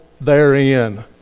therein